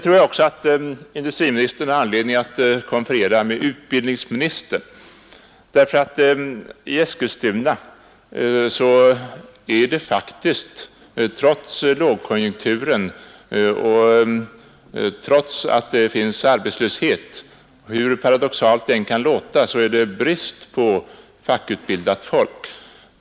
Vidare tycker jag att industriministern har anledning konferera med utbildningsministern, ty hur paradoxalt det än kan låta har man i Eskilstuna, trots lågkonjunktur och trots rådande arbetslöshet en uttalad brist på fackutbildat folk.